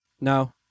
No